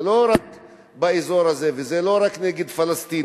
זה לא רק באזור הזה וזה לא רק נגד פלסטינים.